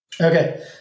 Okay